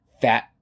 fat